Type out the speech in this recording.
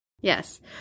Yes